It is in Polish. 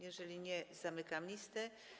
Jeżeli nie, zamykam listę.